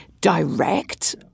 direct